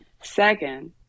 Second